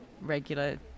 regular